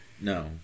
No